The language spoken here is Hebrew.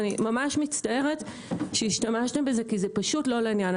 אני ממש מצטערת שהשתמשתם בזה כי זה פשוט לא לעניין.